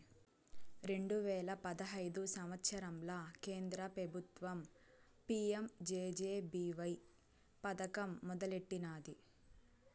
రెండు వేల పదహైదు సంవత్సరంల కేంద్ర పెబుత్వం పీ.యం జె.జె.బీ.వై పదకం మొదలెట్టినాది